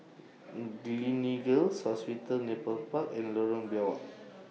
Gleneagles Hospital Nepal Park and Lorong Biawak